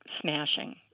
smashing